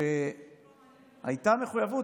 הייתה מחויבות.